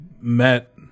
met